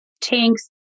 tanks